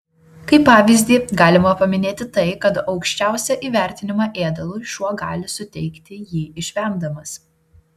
kaip pavyzdį galima paminėti tai kad aukščiausią įvertinimą ėdalui šuo gali suteikti jį išvemdamas